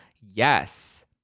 yes